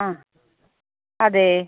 ആ അതെ